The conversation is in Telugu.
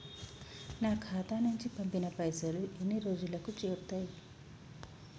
నా ఖాతా నుంచి పంపిన పైసలు ఎన్ని రోజులకు చేరుతయ్?